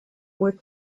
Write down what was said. were